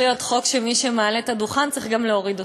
צריך להיות חוק שמי שמעלה את הדוכן צריך גם להוריד אותו.